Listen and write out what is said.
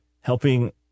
helping